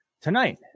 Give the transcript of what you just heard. tonight